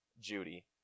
Judy